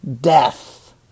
death